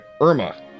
Irma